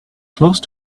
close